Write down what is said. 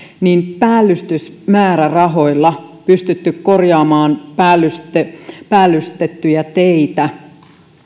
päällystysmäärärahoilla pystytty korjaamaan päällystettyjä päällystettyjä teitä